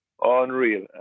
Unreal